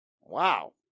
Wow